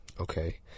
Okay